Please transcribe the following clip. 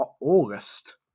August